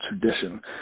tradition